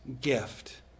gift